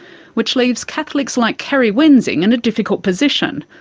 which leaves catholics like kerry wensing in a difficult position.